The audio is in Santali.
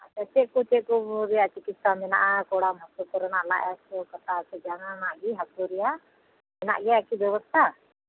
ᱟᱪᱪᱷᱟ ᱪᱮᱫ ᱠᱚ ᱪᱮᱫ ᱠᱚ ᱨᱮᱭᱟᱜ ᱪᱤᱠᱤᱥᱥᱟ ᱢᱮᱱᱟᱜᱼᱟ ᱠᱚᱲᱟᱢ ᱦᱟᱥᱩ ᱠᱚᱨᱮᱱᱟᱜ ᱞᱟᱡ ᱦᱟᱥᱩ ᱠᱚᱨᱮᱱᱟᱜ ᱥᱮ ᱠᱟᱴᱟ ᱦᱟᱥᱩ ᱡᱟᱦᱟᱸᱱᱟᱜ ᱜᱮ ᱦᱟᱥᱩ ᱨᱮᱱᱟᱜ ᱦᱮᱱᱟᱜ ᱜᱮᱭᱟ ᱟᱨ ᱠᱤ ᱵᱮᱵᱚᱥᱛᱟ